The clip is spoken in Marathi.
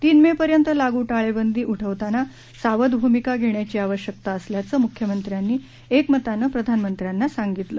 तीन मे पर्यंत लागू टाळेबंदी उठवताना सावध भूमिका घेण्याची आवश्यकता असल्याचं म्ख्यमंत्र्यांनी एकमतानं प्रधानमंत्र्यांना सांगितलं